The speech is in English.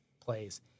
plays